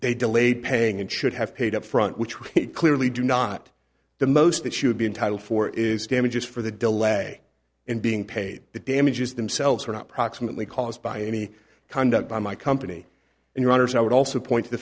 they delayed paying and should have paid up front which would clearly do not the most that she would be entitled for is damages for the delay in being paid the damages themselves are not proximately caused by any conduct by my company and your honour's i would also point to the